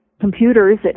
computers